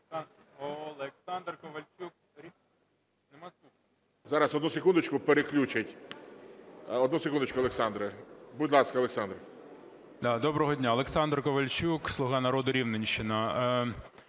Олександр Ковальчук, "Слуга народу", Рівненщина.